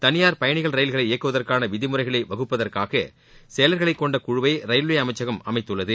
தனியார் பயணிகள் ரயில்களை இயக்குவதற்கான விதிமுறைகளை வகுப்பதற்காக செயலர்களை கொண்ட குழுவை ரயில்வே அமைச்சகம் அமைத்துள்ளது